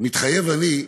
"מתחייב אני",